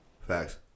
Facts